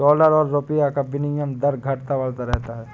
dollar और रूपए का विनियम दर घटता बढ़ता रहता है